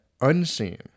unseen